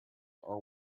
are